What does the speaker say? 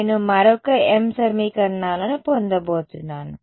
నేను మరొక m సమీకరణాలను పొందబోతున్నాను